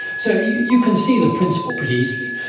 so you you can see the principle pretty easily.